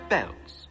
Bells